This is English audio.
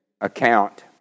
account